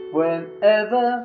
Whenever